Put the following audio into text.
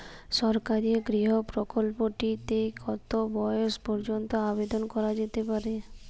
সরকারি গৃহ প্রকল্পটি তে কত বয়স পর্যন্ত আবেদন করা যেতে পারে?